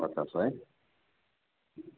पचास है